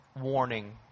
warning